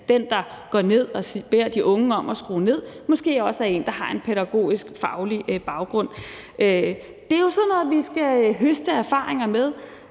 så den, der går ned og beder de unge om at skrue ned, måske også er en, der har en pædagogfaglig baggrund. Det er jo sådan noget, vi skal høste erfaringer med,